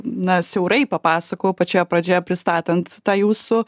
na siaurai papasakojau pačioje pradžioje pristatant tą jūsų